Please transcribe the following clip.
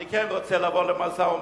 אני כן רוצה לבוא למשא-ומתן,